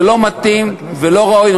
לא מתאים ולא ראוי,